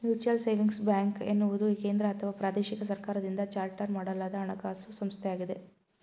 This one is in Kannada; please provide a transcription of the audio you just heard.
ಮ್ಯೂಚುಯಲ್ ಸೇವಿಂಗ್ಸ್ ಬ್ಯಾಂಕ್ ಎನ್ನುವುದು ಕೇಂದ್ರಅಥವಾ ಪ್ರಾದೇಶಿಕ ಸರ್ಕಾರದಿಂದ ಚಾರ್ಟರ್ ಮಾಡಲಾದ ಹಣಕಾಸು ಸಂಸ್ಥೆಯಾಗಿದೆ